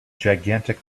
gigantic